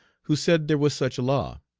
who said there was such a law,